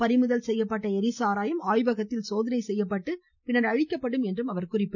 பறிமுதல் செய்யப்பட்ட ளரி சாராயம் ஆய்வகத்தில் சோதனை செய்யப்பட்டு பின்னர் அழிக்கப்படும் என்றும் கூறினார்